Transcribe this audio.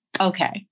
okay